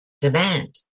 demand